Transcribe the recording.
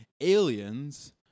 Aliens